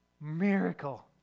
miracle